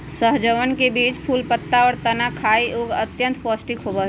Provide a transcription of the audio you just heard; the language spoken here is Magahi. सहजनवन के बीज, फूल, पत्ता, और तना खाय योग्य और अत्यंत पौष्टिक होबा हई